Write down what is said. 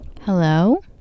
Hello